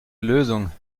lösung